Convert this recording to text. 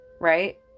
right